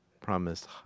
promised